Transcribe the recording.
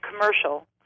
commercial